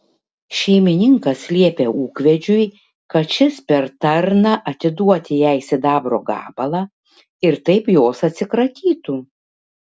šeimininkas liepia ūkvedžiui kad šis per tarną atiduoti jai sidabro gabalą ir taip jos atsikratytų